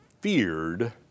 feared